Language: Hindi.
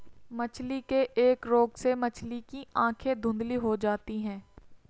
मछली के एक रोग से मछली की आंखें धुंधली हो जाती है